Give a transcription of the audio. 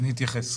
אני אתייחס,